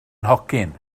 nhocyn